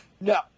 No